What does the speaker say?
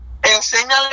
enséñale